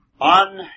on